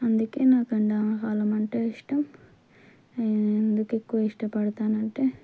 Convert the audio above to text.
అందుకే నాకు ఎండాకాలం అంటే ఇష్టం ఎందుకు ఎక్కువ ఇష్టపడతానంటే